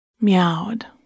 meowed